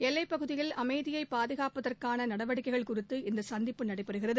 எல்லைப்பகுதியில் அமைதியை பாதுகாப்பதற்கான நடவடிக்கைகள் குறித்து இந்த சந்திப்பு நடைபெறுகிறது